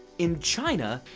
in china,